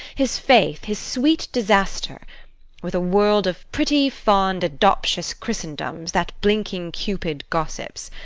his faith, his sweet disaster with a world of pretty, fond, adoptious christendoms that blinking cupid gossips.